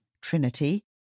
Trinity